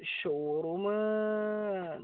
showroom